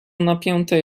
napięte